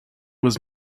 was